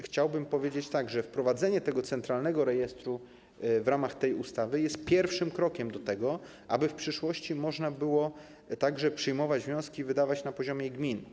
Chciałbym powiedzieć, że wprowadzenie tego centralnego rejestru w ramach tej ustawy jest pierwszym krokiem do tego, aby w przyszłości można było także przyjmować wnioski i wydawać na poziomie gmin.